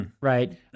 Right